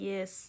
Yes